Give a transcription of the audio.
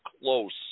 close